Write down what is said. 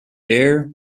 heir